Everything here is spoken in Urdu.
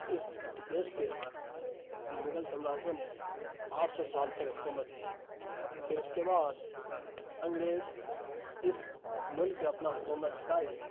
اس دیش پہ مغل سمراجوں نے آٹھ سو سال تک حکومت کیا پھر اس کے بعد انگریز اس ملک پہ اپنا حکومت جتائی